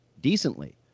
decently